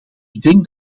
denk